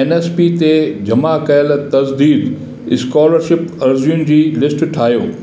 N S P ते जमा कयल तजदीदु स्कोलरशिप अर्ज़ियुनि जी लिस्ट ठाहियो